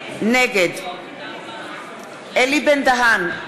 נגד אלי בן-דהן,